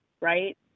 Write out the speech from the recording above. right